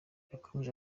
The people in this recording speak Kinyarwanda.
yakomeje